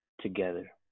together